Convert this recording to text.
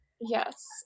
Yes